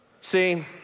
See